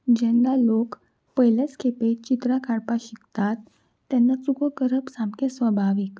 जेन्ना लोक पयलेच खेपे चित्रां काडपाक शिकतात तेन्ना चुको करप सामकें स्वभावीक